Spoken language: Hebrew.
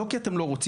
לא כי אתם לא רוצים,